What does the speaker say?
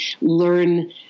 learn